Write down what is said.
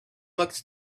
looked